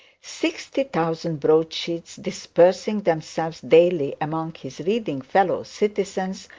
sixty thousand broad sheets dispersing themselves daily among his reading fellow-citizens,